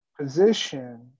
position